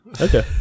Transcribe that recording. Okay